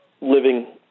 living